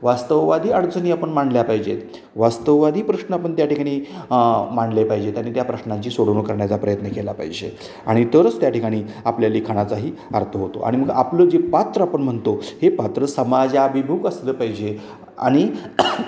वास्तववादी अडचनी आपण मांडल्या पाहिजेत वास्तववादी प्रश्न आपण त्याठिकाणी मांडले पाहिजेत आणि त्या प्रश्नांची सोडवणूक करण्याचा प्रयत्न केला पाहिजे आणि तरच त्या ठिकाणी आपल्या लिखाणाचाही अर्थ होतो आणि मग आपलं जे पात्र आपण म्हणतो हे पात्र समाजाभिमुख असलं पाहिजे आणि